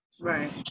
Right